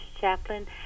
chaplain